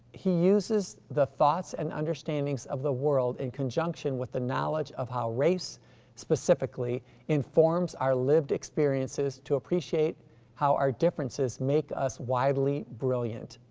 he uses the thoughts and understandings of the world in conjunction with the knowledge of how race specifically informs our lived experiences to appreciate how our differences make us wildly brilliant.